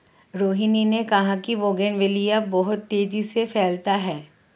रोहिनी ने कहा कि बोगनवेलिया बहुत तेजी से फैलता है